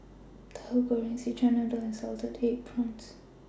Tauhu Goreng Szechuan Noodle and Salted Egg Prawns